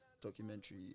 documentary